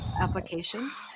applications